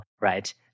right